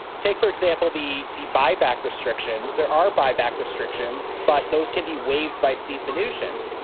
take, for example, the the buyback restrictions. there are buyback restrictions. but those can be waived by steve manoogian.